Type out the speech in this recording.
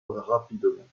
rapidement